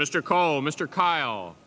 mr call mr kyle